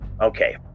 Okay